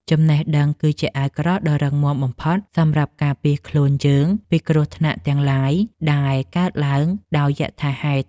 ចំណេះដឹងគឺជាអាវក្រោះដ៏រឹងមាំបំផុតសម្រាប់ការពារខ្លួនយើងពីគ្រោះថ្នាក់ទាំងឡាយដែលកើតឡើងដោយយថាហេតុ។